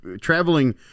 traveling